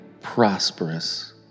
prosperous